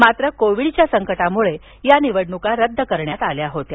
मात्र कोविडच्या संकटामुळे या निवडणुका रद्द करण्यात आल्या होत्या